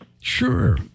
Sure